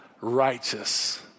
righteous